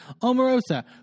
Omarosa